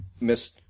Miss